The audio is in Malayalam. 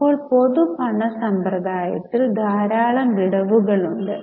ഇപ്പോൾ പൊതു പണ സമ്പ്രദായത്തിൽ ധാരാളം വിടവുകൾ ഉണ്ട്